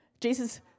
Jesus